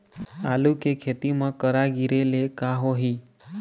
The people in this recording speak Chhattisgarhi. आलू के खेती म करा गिरेले का होही?